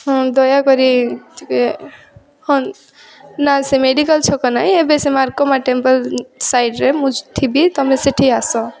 ହଁ ଦୟାକରି ଟିକେ ହଁ ନା ସେ ମେଡ଼ିକାଲ୍ ଛକ ନାହିଁ ଏବେ ସେ ମାର୍କମା ଟେମ୍ପଲ୍ ସାଇଡ଼୍ରେ ମୁଁ ଥିବି ତୁମେ ସେଇଠି ଆସ